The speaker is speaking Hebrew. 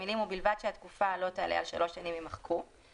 המילים "ובלבד שהתקופה לא תעלה על שלוש שנים" יימחקו.